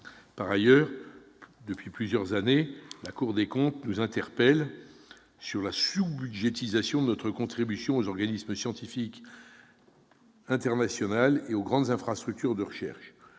Par ailleurs, depuis plusieurs années, la Cour des comptes nous interpelle sur la sous-budgétisation de notre contribution aux organismes scientifiques internationaux et aux grandes infrastructures de recherche.